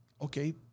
okay